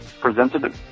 presented